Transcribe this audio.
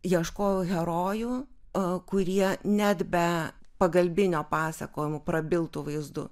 ieškojau herojų a kurie net be pagalbinio pasakojimo prabiltų vaizdu